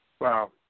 Wow